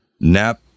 nap